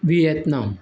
Vietnam